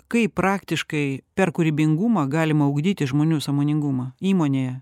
kaip praktiškai per kūrybingumą galima ugdyti žmonių sąmoningumą įmonėje